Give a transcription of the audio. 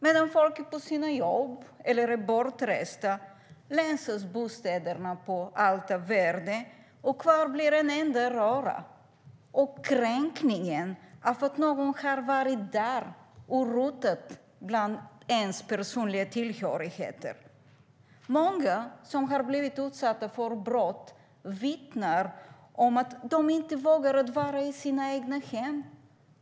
Medan människor är på sina jobb eller är bortresta länsas bostäderna på allt av värde. Kvar blir en enda röra och kränkningen att någon har varit där och rotat bland ens personliga tillhörigheter. Många som har blivit utsatta för brott vittnar om att de inte vågar vara i sina egna hem.